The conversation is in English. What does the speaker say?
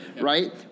right